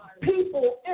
people